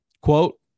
quote